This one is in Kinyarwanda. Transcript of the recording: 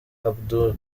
abdoul